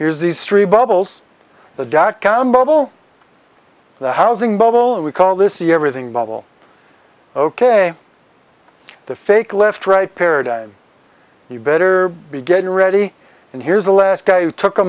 here's these three bubbles the dot com bubble the housing bubble and we call this the everything bubble ok the fake left right paradigm you better be getting ready and here's the last guy who took a